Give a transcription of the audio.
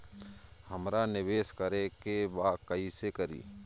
हमरा निवेश करे के बा कईसे करी?